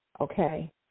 okay